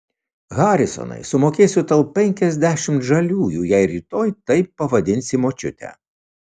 harisonai sumokėsiu tau penkiasdešimt žaliųjų jei rytoj taip pavadinsi močiutę